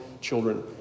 children